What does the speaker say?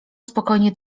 spokojnie